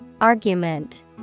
Argument